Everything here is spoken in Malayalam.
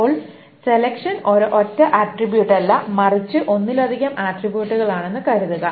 ഇപ്പോൾ സെലെക്ഷൻ ഒരൊറ്റ ആട്രിബ്യൂട്ടല്ല മറിച്ച് ഒന്നിലധികം ആട്രിബ്യൂട്ടുകളാണെന്ന് കരുതുക